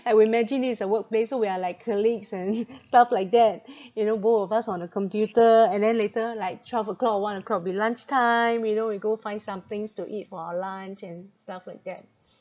and we imagine this is the workplace so we are like colleagues and stuff like that you know both of us on a computer and then later like twelve o'clock one o'clock will be lunchtime you know we go find some things to eat for our lunch and stuff like that